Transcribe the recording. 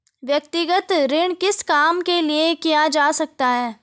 व्यक्तिगत ऋण किस काम के लिए किया जा सकता है?